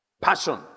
Passion